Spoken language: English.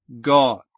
God